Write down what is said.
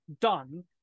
done